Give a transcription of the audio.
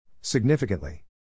Significantly